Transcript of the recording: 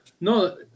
No